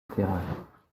terreur